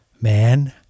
Man